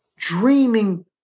dreaming